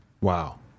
Wow